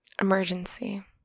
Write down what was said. Emergency